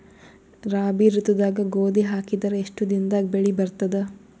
ರಾಬಿ ಋತುದಾಗ ಗೋಧಿ ಹಾಕಿದರ ಎಷ್ಟ ದಿನದಾಗ ಬೆಳಿ ಬರತದ?